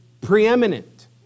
preeminent